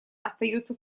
остается